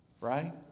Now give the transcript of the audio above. Right